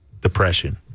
depression